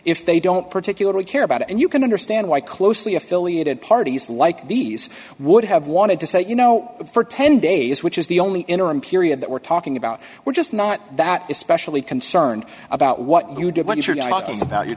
if they don't particularly care about it and you can understand why closely affiliated parties like these would have wanted to say you know for ten days which is the only interim period that we're talking about we're just not that especially concerned about what you do when you're talking about you're